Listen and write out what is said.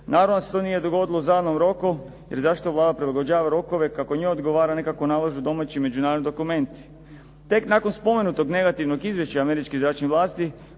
Naravno da se to nije dogodilo u zadanom roku, jer zašto Vlada prilagođava rokove kako njoj odgovara, a ne kako nalažu domaći i međunarodni dokumenti. Tek nakon spomenutog negativnog izvješća Američkih zračnih vlasti,